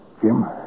Jim